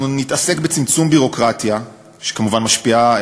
אנחנו נתעסק בצמצום ביורוקרטיה, שכמובן משפיעה,